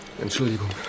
Entschuldigung